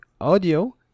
audio